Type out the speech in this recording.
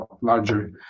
larger